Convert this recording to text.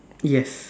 yes